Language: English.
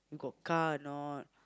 you got car or not